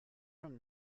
from